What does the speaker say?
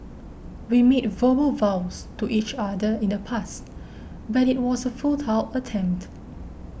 we made verbal vows to each other in the past but it was a futile attempt